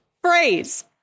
phrase